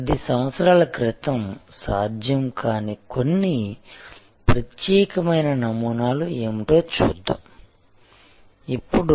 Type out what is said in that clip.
పది సంవత్సరాల క్రితం సాధ్యం కాని కొన్ని ప్రత్యేకమైన నమూనాలు ఏమిటో చూద్దాం ఇప్పుడు